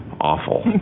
awful